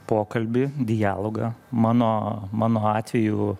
pokalbį dialogą mano mano atveju